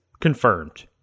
Confirmed